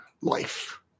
life